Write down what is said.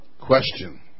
Question